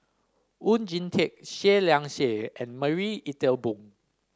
Oon Jin Teik Seah Liang Seah and Marie Ethel Bong